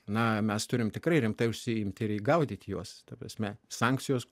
na mes turim tikrai rimtai užsiimti ir gaudyti juos ta prasme sankcijos